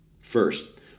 First